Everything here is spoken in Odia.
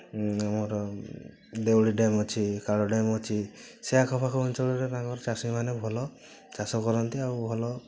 ଆମର ଦେଉଳି ଡ୍ୟାମ୍ ଅଛି ଖାର ଡ୍ୟାମ୍ ଅଛି ସେ ଆଖ ପାଖ ଅଞ୍ଚଳରେ ତାଙ୍କର ଚାଷୀମାନେ ଭଲ ଚାଷ କରନ୍ତି ଆଉ ଭଲ